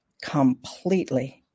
Completely